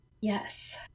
Yes